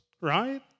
right